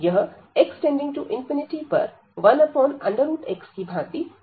यह x→∞ पर 1x की भांति व्यवहार कर रहा है